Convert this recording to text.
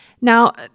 Now